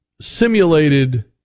simulated